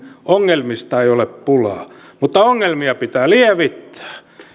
ongelmista ei ole pulaa mutta ongelmia pitää lievittää